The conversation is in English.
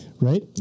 right